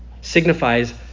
signifies